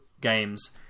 games